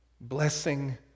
blessing